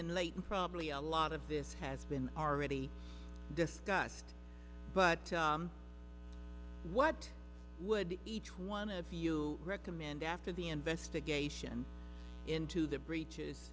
in late and probably a lot of this has been already discussed but what would each one of you recommend after the investigation into the breaches